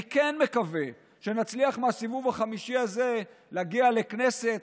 אני כן מקווה שנצליח מהסיבוב החמישי הזה להגיע לכנסת,